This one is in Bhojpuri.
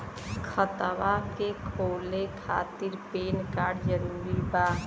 खतवा के खोले खातिर पेन कार्ड जरूरी बा?